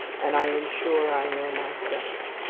and i am sure i know myself.